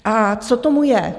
A co tomu je?